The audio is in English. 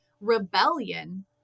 rebellion